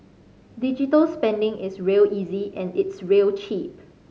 digital spending is real easy and it's real cheap